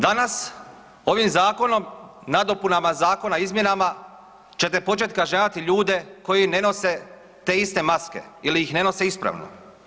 Danas, ovim zakonom, nadopunama zakona, izmjenama ćete početi kažnjavati ljude koji ne nose te iste maske ili ih ne nose ispravno.